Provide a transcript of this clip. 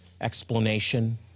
explanation